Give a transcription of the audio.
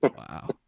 Wow